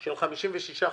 של 56 חברים,